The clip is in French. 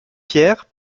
pierre